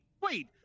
Wait